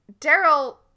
daryl